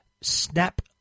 Snap